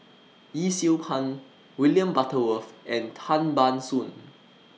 Yee Siew Pun William Butterworth and Tan Ban Soon